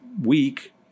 week